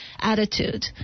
attitude